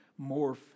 morph